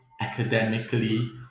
academically